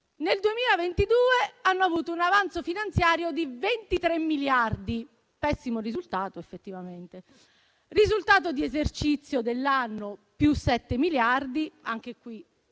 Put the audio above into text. nel 2022 hanno avuto un avanzo finanziario di 23 miliardi, un pessimo risultato effettivamente; risultato di esercizio dell'anno +7 miliardi. Vi